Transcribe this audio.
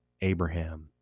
Abraham